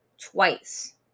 twice